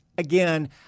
Again